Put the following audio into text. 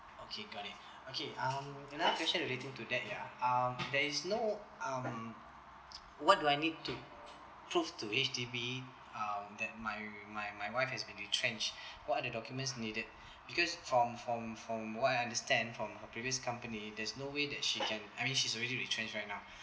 okay got it okay um another question relating to that ya um there is no um what do I need to prove to H_D_B um that my my my wife has been retrenched what are the documents needed because from from from what I understand from her previous company there's no way that she can I mean she's already retrenched right now